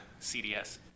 CDS